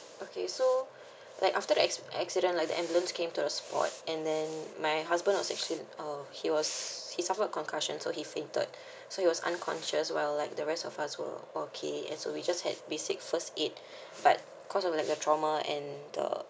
okay so like after the ac~ accident like the ambulance came to the spot and then my husband was actua~ he was he suffered a concussion so he fainted so he was unconscious well like the rest of us were okay and so we just had basic first aid but cause I'm like a trauma and the